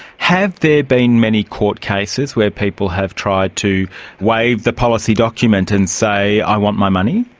have there been many court cases where people have tried to wave the policy document and say, i want my money?